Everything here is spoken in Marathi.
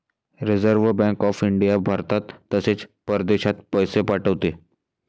रिझर्व्ह बँक ऑफ इंडिया भारतात तसेच परदेशात पैसे पाठवते